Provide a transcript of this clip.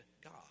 God